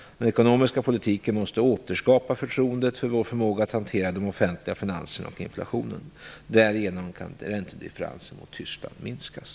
Den ekonomiska politiken måste återskapa förtroendet för vår förmåga att hantera de offentliga finanserna och inflationen. Därigenom kan räntedifferensen mot Tyskland minskas.